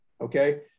okay